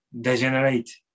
degenerate